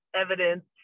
Evidence